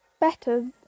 better